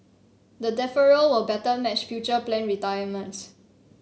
the deferral will better match future planned retirements